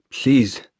Please